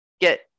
get